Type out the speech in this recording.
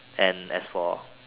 and as for